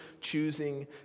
choosing